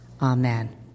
amen